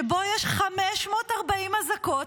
שבו יש 540 אזעקות,